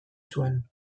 zuen